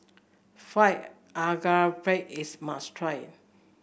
fried is must try